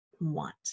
want